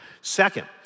Second